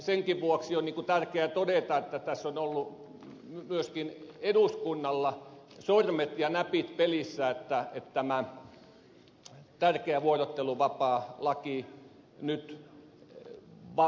senkin vuoksi on tärkeää todeta että tässä on ollut myöskin eduskunnalla sormet ja näpit pelissä että tämä tärkeä vuorotteluvapaalaki nyt vakinaistetaan